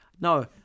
No